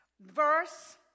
Verse